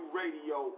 radio